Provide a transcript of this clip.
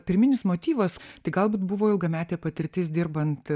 pirminis motyvas tai galbūt buvo ilgametė patirtis dirbant